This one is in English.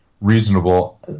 reasonable